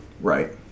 Right